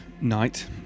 night